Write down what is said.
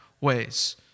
ways